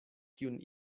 kiun